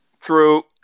True